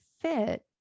fit